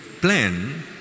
plan